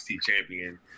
champion